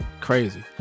Crazy